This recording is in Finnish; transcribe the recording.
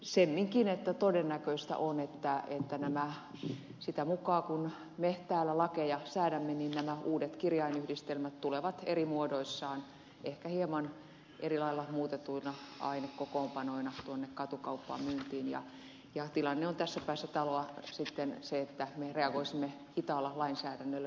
semminkin kun todennäköistä on että sitä mukaa kuin me täällä lakeja säädämme nämä uudet kirjainyhdistelmät tulevat eri muodoissaan ehkä hieman eri lailla muutettuina ainekokoonpanoina tuonne katukauppaan myyntiin ja tilanne olisi tässä talossa sitten se että me reagoisimme hitaalla lainsäädännöllä